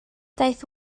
daeth